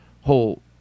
whole